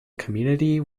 community